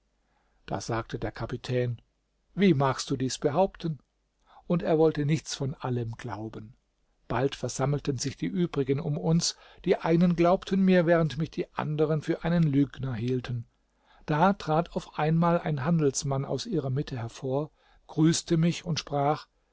da sagte der kapitän wie magst du dies behaupten und er wollte nichts von allem glauben bald versammelten sich die übrigen um uns die einen glaubten mir während mich die anderen für einen lügner hielten da trat auf einmal ein handelsmann aus ihrer mitte hervor grüßte mich und sprach